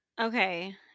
Okay